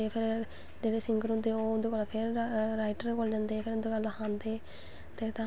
कुश गौन लैओ अपनी अंगेज़मैंट वास्तै लैओ थोह्ड़ा ओह् करवानें गै पौंदा ऐ